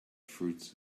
fruits